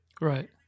Right